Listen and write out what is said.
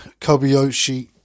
Kobayashi